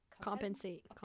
compensate